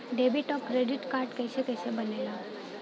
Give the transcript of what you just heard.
Debit और credit card कईसे बने ने ला?